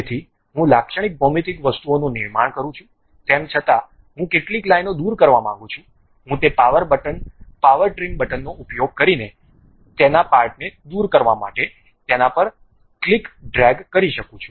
તેથી હું લાક્ષણિક ભૌમિતિક વસ્તુઓનું નિર્માણ કરું છું તેમ છતાં હું કેટલીક લાઇનો દૂર કરવા માંગુ છું હું તે પાવર બટન પાવર ટ્રીમ બટનનો ઉપયોગ કરીને તેના પાર્ટને દૂર કરવા માટે તેના પર ક્લિક ડ્રેગ કરી શકું છું